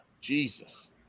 Jesus